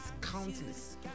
countless